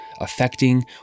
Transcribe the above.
affecting